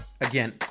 Again